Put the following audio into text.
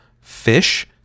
fish